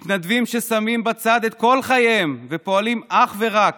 מתנדבים ששמים בצד את כל חייהם ופועלים אך ורק